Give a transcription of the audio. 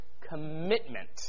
commitment